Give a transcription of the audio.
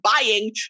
buying